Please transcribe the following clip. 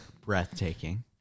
breathtaking